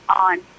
on